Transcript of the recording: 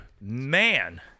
man